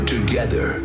Together